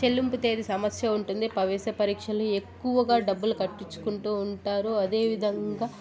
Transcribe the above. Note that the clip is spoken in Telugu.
చెల్లింపు తేదీ సమస్య ఉంటుంది ప్రవేశ పరీక్షలు ఎక్కువగా డబ్బులు కట్టించుకుంటూ ఉంటారు అదేవిధంగా